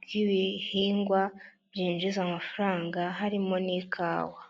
bw'ibihingwa byinjiza amafaranga harimo n'ikawa.